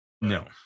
No